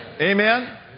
Amen